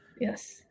Yes